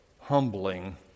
humbling